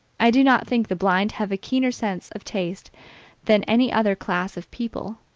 i do not think the blind have a keener sense of taste than any other class of people,